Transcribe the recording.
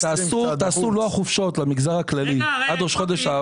תעשו לוח חופשות למגזר הכללי עד ראש חודש אב,